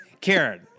Karen